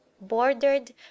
bordered